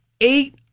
eight